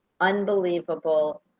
unbelievable